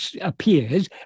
appears